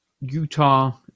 Utah